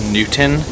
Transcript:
Newton